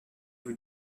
vous